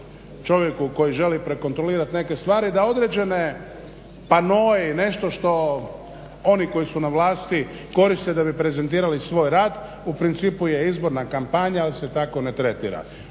čovjeku koji želi prekontrolirati neke stvari da određene panoe i nešto što oni koji su na vlasti koriste da bi prezentirali svoj rad, u principu je izborna kampanja, ali se tak ne tretira.